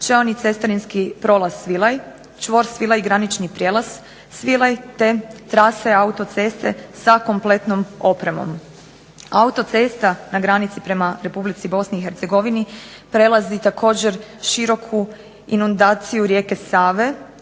čeoni cestarinski prolaz Svilaj, čvor Svilaj, granični prijelaz Svilaj te trase autoceste sa kompletnom opremom. Autocesta na granici prema Republici Bosni i Hercegovini prelazi također široku inundaciju rijeke Save